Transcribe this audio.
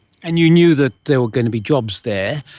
and you knew that there were going to be jobs there,